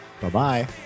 Bye-bye